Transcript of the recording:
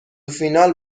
فینال